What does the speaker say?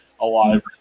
Alive